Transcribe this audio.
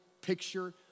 picture